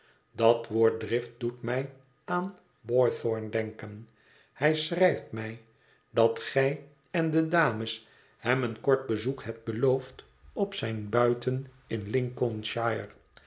dat woord drift doet mij aan boythorn denken hij schrijft mij dat gij en de dames hem een kort bezoek hebt beloofd op zijn buiten in lincolnshire